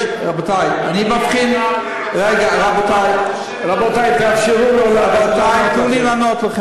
יש, רבותי, רק מה אתה חושב ומה אתה מתכוון לעשות.